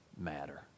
matter